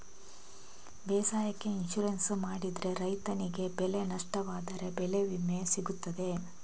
ಬೇಸಾಯಕ್ಕೆ ಇನ್ಸೂರೆನ್ಸ್ ಮಾಡಿದ್ರೆ ರೈತನಿಗೆ ಎಂತೆಲ್ಲ ಉಪಕಾರ ಇರ್ತದೆ?